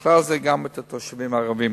ובכלל זה גם את התושבים הערבים.